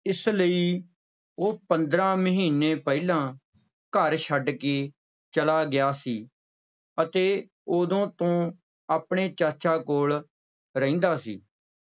ਇਸ ਲਈ ਉਹ ਪੰਦਰਾਂ ਮਹੀਨੇ ਪਹਿਲਾਂ ਘਰ ਛੱਡ ਕੇ ਚਲਾ ਗਿਆ ਸੀ ਅਤੇ ਉਦੋਂ ਤੋਂ ਆਪਣੇ ਚਾਚਾ ਕੋਲ ਰਹਿੰਦਾ ਸੀ